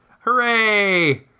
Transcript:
Hooray